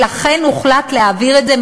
לכן הוחלט להעביר את זה,